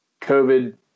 COVID